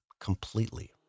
completely